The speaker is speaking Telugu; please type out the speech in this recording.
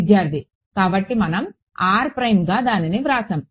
విద్యార్థి కాబట్టి మనం గా దానిని వ్రాసాము